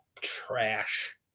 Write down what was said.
trash